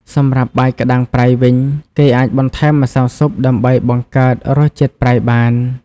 សម្រាប់បាយក្តាំងប្រៃវិញ គេអាចបន្ថែមម្សៅស៊ុបដើម្បីបង្កើតរសជាតិប្រៃបាន។